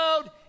road